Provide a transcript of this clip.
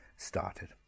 started